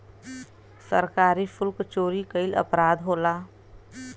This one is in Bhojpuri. सरकारी सुल्क चोरी कईल अपराध होला